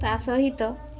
ତା ସହିତ